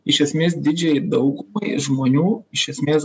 iš esmės didžiajai daugumai žmonių iš esmės